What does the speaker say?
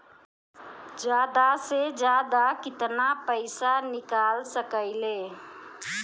जादा से जादा कितना पैसा निकाल सकईले?